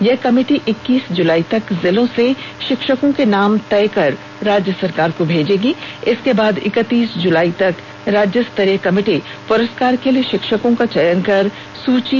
यह कमिटी इक्कीस जुलाई तक जिलों से शिक्षकों के नाम तय कर राज्य सरकार को भेजेगी इसके बाद इक्तीस जुलाई तक राज्यस्तरीय कमिटी पुरस्कार के लिए शिक्षकों का चयन कर सूची राष्ट्रीय कमिटी को मेजेगी